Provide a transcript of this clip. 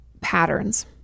patterns